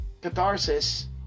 catharsis